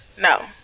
No